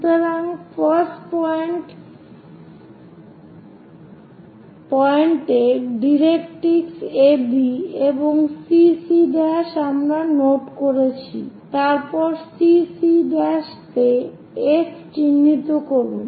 সুতরাং 1st point directrix AB এবং CC' আমরা নোট করেছি তারপর CC' তে F চিহ্নিত করুন'